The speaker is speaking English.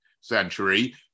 century